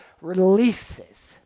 releases